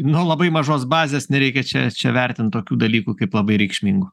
na labai mažos bazės nereikia čia čia vertint tokių dalykų kaip labai reikšmingų